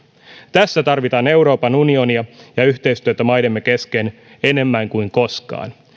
tässä tarvitaan euroopan unionia ja yhteistyötä maidemme kesken enemmän kuin koskaan